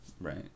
right